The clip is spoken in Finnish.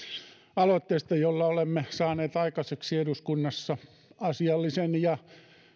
aloitteesta jolla olemme saaneet aikaiseksi eduskunnassa asiallisen ja